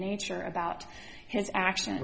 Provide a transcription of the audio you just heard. nature about his action